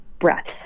breaths